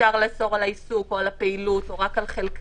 אפשר לאסור על העיסוק או על הפעילות או רק על חלקה,